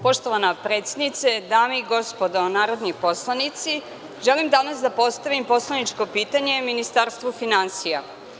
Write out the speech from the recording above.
Poštovana predsednice, dame i gospodo narodni poslanici, želim danas da postavim poslaničko pitanje Ministarstvu finansija.